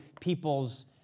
people's